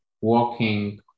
walking